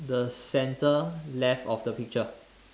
the centre left of the picture